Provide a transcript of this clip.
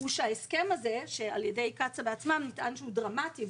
שנטען שההסכם הזה על ידי קצא"א בעצמם הוא דרמטי,